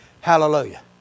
Hallelujah